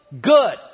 good